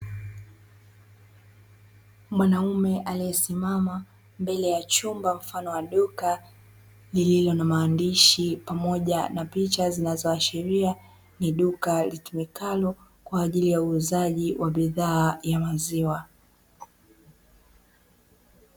Mwanaume aliyesimama mbele ya chumba mfano wa duka, lililo na maandishi pamoja na picha, zinazoashiria ni duka litumikalo kwa ajili ya uuzaji wa bidhaa ya maziwa.